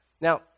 Now